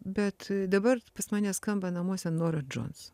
bet dabar pas mane skamba namuose nora džons